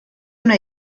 una